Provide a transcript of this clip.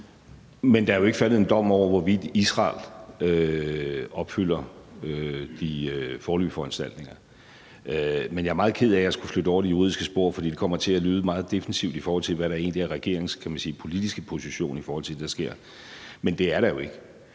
Men der er jo ikke faldet en dom over, hvorvidt Israel opfylder de foreløbige foranstaltninger. Jeg er meget ked af at skulle flytte det over i det juridiske spor, for det kommer til at lyde meget defensivt, i forhold til hvad der egentlig er regeringens, kan man sige politiske position i forhold til det, der sker. Men det er der jo ikke.